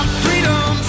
freedom